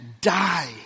die